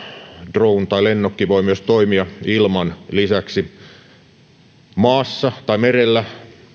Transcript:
drone tai lennokki voi toimia ilman lisäksi myös maassa tai merellä